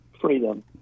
freedom